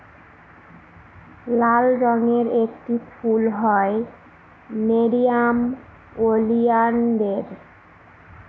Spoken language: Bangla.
লাল রঙের একটি ফুল হয় নেরিয়াম ওলিয়ানদের